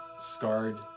scarred